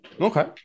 Okay